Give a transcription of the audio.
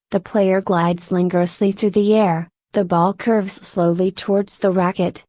the player glides languorously through the air, the ball curves slowly towards the racquet,